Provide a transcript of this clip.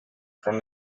from